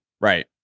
right